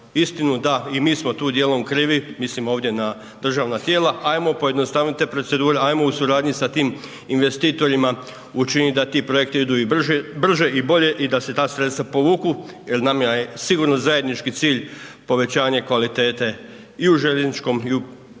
da i mi smo tu dijelom krivi, mislim ovdje na državna tijela, hajmo, pojednostavite procedure, hajmo u suradnji sa tim investitorima učiniti da ti projekti idu i brže i bolje i da se ta sredstva povuku jer nama je sigurno zajednički cilj povećanje kvalitete i u željezničkom